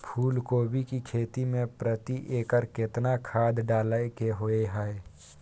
फूलकोबी की खेती मे प्रति एकर केतना खाद डालय के होय हय?